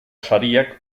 sariak